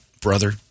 brother –